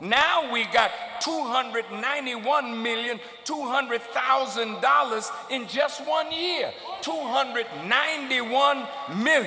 now we got two hundred ninety one million two hundred thousand dollars in just one year two hundred ninety one m